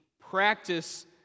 practice